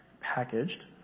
packaged